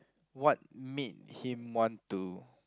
what made him want to